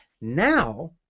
now